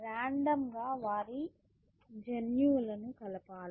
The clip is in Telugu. రాండమ్ గా వారి జన్యువులను కలపాలి